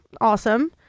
Awesome